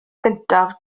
gyntaf